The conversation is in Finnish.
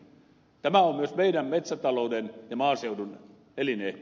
tämä on myös meidän metsätalouden ja maaseudun elinehto